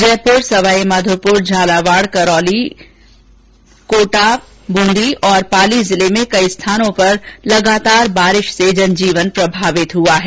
जयपुर सवाईमाधोपुर झालावाड कोटा बूंदी और पाली जिलों में कई स्थानों पर लगातार बारिश से जनजीवन प्रभावित हुआ है